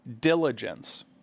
diligence